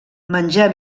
menjar